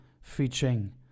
featuring